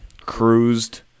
cruised